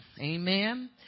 Amen